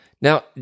Now